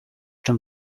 czym